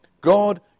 God